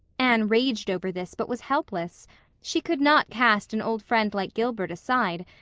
anne raged over this but was helpless she could not cast an old friend like gilbert aside,